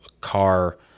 car